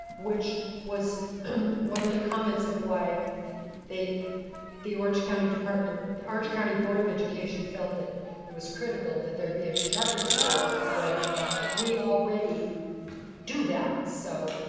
which was um one of the comments of why the orange county department, the orange county board of education felt that it was critical that there be a charter school when we already do that, so,